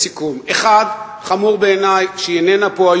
לסיכום: חמור בעיני שהיא איננה פה,